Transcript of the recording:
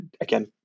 again